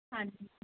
ਹਾਂਜੀ